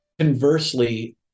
conversely